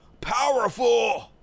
powerful